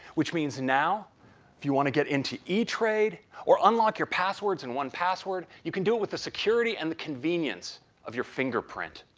which means now if you want to get into etrade etrade or unlock your passwords in one password, you can do it with a security and the convenience of your fingerprint.